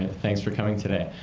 thanks for coming today.